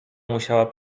musiała